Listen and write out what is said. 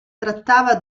trattava